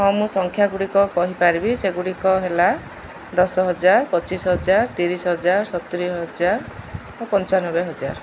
ହଁ ମୁଁ ସଂଖ୍ୟା ଗୁଡ଼ିକ କହିପାରିବି ସେଗୁଡ଼ିକ ହେଲା ଦଶ ହଜାର ପଚିଶ ହଜାର ତିରିଶ ହଜାର ସତୁୁରୀ ହଜାର ଓ ପଞ୍ଚାନବେ ହଜାର